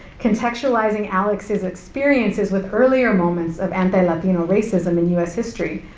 contextualizing alex's experiences with earlier moments of anti-latino racism in u s. history.